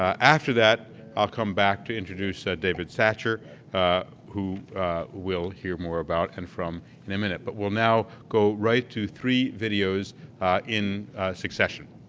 after that i'll come back to introduce david satcher who we'll hear more about and from in a minute, but we'll now go right to three videos in succession.